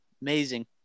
amazing